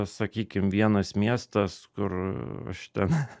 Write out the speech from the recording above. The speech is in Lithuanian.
sakykim vienas miestas kur aš ten